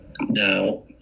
Now